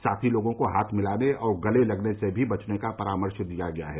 साथ ही लोगों को हाथ मिलाने और गले लगने से भी बचने का परामर्श दिया गया है